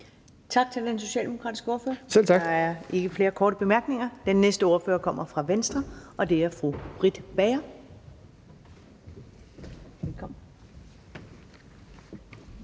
Tak til den socialdemokratiske ordfører. Der er ikke flere korte bemærkninger. Den næste ordfører kommer fra Venstre, og det er fru Britt Bager. Velkommen.